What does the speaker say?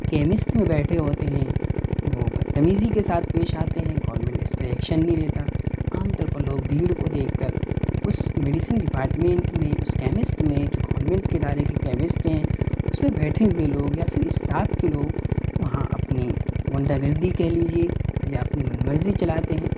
chemist میں بیٹھے ہوتے ہیں وہ بد تمیزی کے ساتھ پیش آتے ہیں گورمینٹ اس پہ ایکشن نہیں لیتا عام طور پر لوگ بھیڑ کو دیکھ کر اس میڈسین ڈپاٹمینٹ میں اس کیمسٹ میں جو گورمینٹ کے ادارے کے کیمسٹ ہیں اس میں بیٹھے ہوئے لوگ یا پھر اسٹاپ کے لوگ وہاں اپنی غنڈہ گردی کہہ لیجیے یا اپنی من مرضی چلاتے ہیں